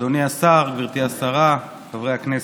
אדוני השר, גברתי השרה, חברי הכנסת,